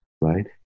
right